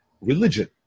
religion